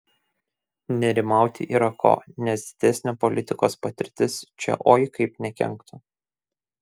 nerimauti yra ko nes didesnė politikos patirtis čia oi kaip nekenktų